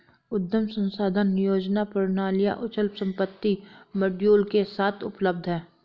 उद्यम संसाधन नियोजन प्रणालियाँ अचल संपत्ति मॉड्यूल के साथ उपलब्ध हैं